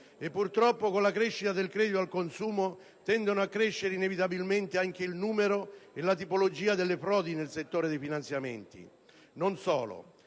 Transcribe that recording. Purtroppo, con la crescita del credito al consumo, tendono a crescere inevitabilmente anche il numero e la tipologia delle frodi nel settore dei finanziamenti, e non solo.